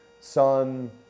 sun